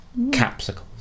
capsicles